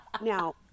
now